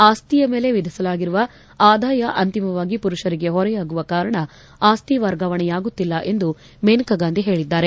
ಆಸ್ತಿಯ ಮೇಲೆ ವಿಧಿಸಲಾಗುವ ಆದಾಯ ಅಂತಿಮವಾಗಿ ಪುರುಷರಿಗೆ ಹೊರೆಯಾಗುವ ಕಾರಣ ಆಸ್ತಿ ವರ್ಗಾವಣೆಯಾಗುತ್ತಿಲ್ಲ ಎಂದು ಮೇನಕಾ ಗಾಂಧಿ ಹೇಳದ್ದಾರೆ